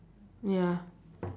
ya